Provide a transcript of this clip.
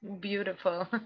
beautiful